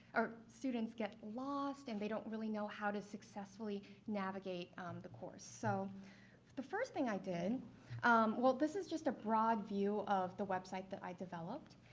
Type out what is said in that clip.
or students, get lost and they don't really know how to successfully navigate the course. so the first thing i did well, this is just a broad view of the website that i developed.